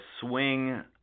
swing